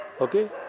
Okay